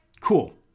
cool